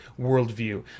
worldview